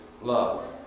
love